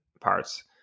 parts